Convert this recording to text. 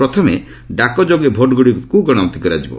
ପ୍ରଥମେ ଡାକ ଯୋଗେ ଭୋଟ୍ଗୁଡ଼ିକୁ ଗଣତି କରାଯିବ